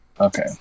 Okay